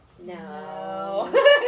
No